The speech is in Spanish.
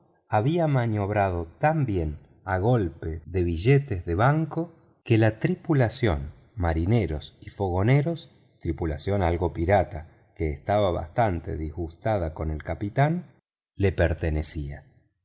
de estar a bordo a golpes de billetes de banco la tripulación marineros y fogoneros tripulación algo pirata que estaba bastante disgustada con el capitán le pertenecía